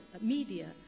media